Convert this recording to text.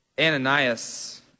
Ananias